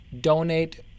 donate